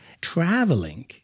Traveling